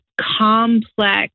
complex